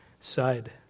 side